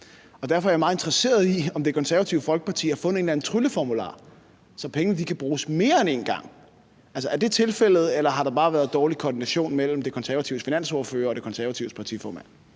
derfor er jeg meget interesseret i, om Det Konservative Folkeparti har fundet en eller anden trylleformular, så pengene kan bruges mere end en gang. Altså, er det tilfældet, eller har der bare været dårlig koordination mellem De Konservatives finansordfører og De Konservatives partiformand?